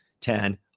Ten